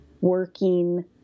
working